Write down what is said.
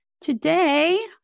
Today